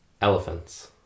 Elephants